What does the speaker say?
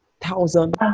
thousand